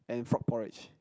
and frog porridge